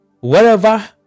Wherever